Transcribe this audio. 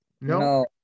No